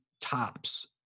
tops